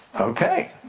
Okay